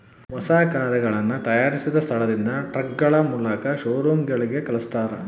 ಹೊಸ ಕರುಗಳನ್ನ ತಯಾರಿಸಿದ ಸ್ಥಳದಿಂದ ಟ್ರಕ್ಗಳ ಮೂಲಕ ಶೋರೂಮ್ ಗಳಿಗೆ ಕಲ್ಸ್ತರ